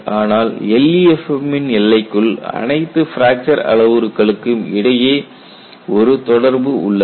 ஆனால் LEFM ன் எல்லைக்குள் அனைத்து பிராக்சர் அளவுருக்களுக்கும் இடையே ஒரு தொடர்பு உள்ளது